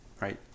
right